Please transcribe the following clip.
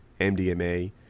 MDMA